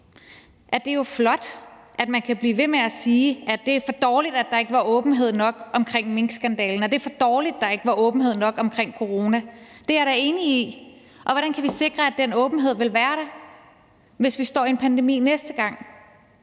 at det jo er flot, at man kan blive ved med at sige, at det er for dårligt, at der ikke var åbenhed nok omkring minkskandalen, og at det er for dårligt, at der ikke var åbenhed nok omkring corona. Det er jeg da enig i. Og hvordan kan vi sikre, at den åbenhed vil være der, hvis vi står i en pandemi en anden gang,